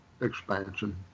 expansion